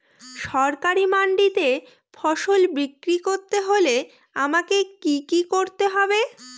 সরকারি মান্ডিতে ফসল বিক্রি করতে হলে আমাকে কি কি করতে হবে?